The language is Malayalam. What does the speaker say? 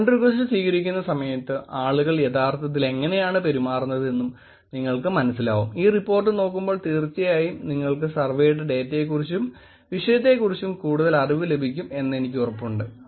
ഫ്രണ്ട് റിക്വസ്റ്റ് സ്വീകരിക്കുന്ന സമയത്ത് ആളുകൾ യഥാർത്ഥത്തിൽ എങ്ങനെയാണ് പെരുമാറുന്നതെന്നും നിങ്ങൾക്ക് മനസിലാവും ഈ റിപ്പോർട്ട് നോക്കുമ്പോൾ തീർച്ചയായും നിങ്ങൾക്ക് സർവേയുടെ ഡേറ്റയെക്കുറിച്ചും വിഷയത്തെക്കുറിച്ചും കൂടുതൽ അറിവ് ലഭിക്കും എന്ന് എനിക്ക് ഉറപ്പുണ്ട്